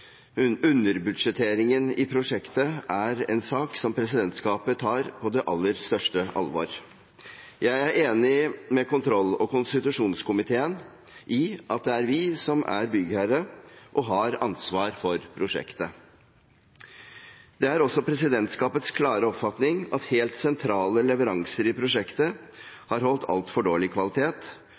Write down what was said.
underbudsjetteringen i prosjektet er en sak som presidentskapet tar på det aller største alvor. Jeg er enig med kontroll- og konstitusjonskomiteen i at det er vi som er byggherre og har ansvar for prosjektet. Det er også presidentskapets klare oppfatning at helt sentrale leveranser i prosjektet har holdt altfor dårlig kvalitet,